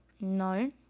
No